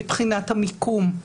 מבחינת המיקום,